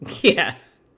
Yes